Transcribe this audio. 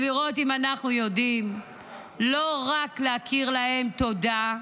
הן כדי לראות אם אנחנו יודעים לא רק להכיר להם תודה,